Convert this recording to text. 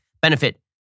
benefit